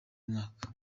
mwaka